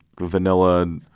vanilla